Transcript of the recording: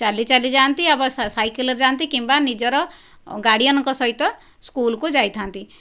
ଚାଲି ଚାଲି ଯାଆନ୍ତି ଅବା ସାଇକେଲରେ ଯାଆନ୍ତି କିମ୍ବା ନିଜର ଗାର୍ଡ଼ିଅନଙ୍କ ସହିତ ସ୍କୁଲକୁ ଯାଇଥାନ୍ତି